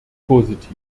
positiv